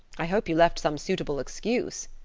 i hope you left some suitable excuse,